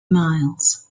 miles